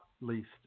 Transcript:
least